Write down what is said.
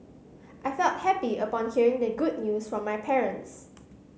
I felt happy upon hearing the good news from my parents